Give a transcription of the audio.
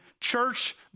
church